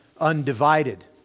undivided